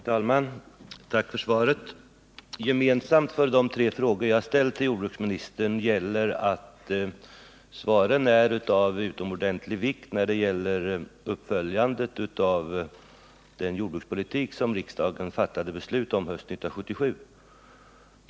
Herr talman! Tack för svaret! Gemensamt för de tre frågor jag ställt till jordbruksministern är att svaren är av utomordentlig vikt när det gäller uppföljandet av den jordbrukspolitik som riksdagen fattade beslut om hösten 1977.